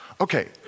Okay